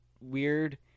weird